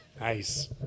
Nice